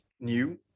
new